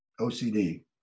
OCD